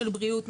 של בריאות.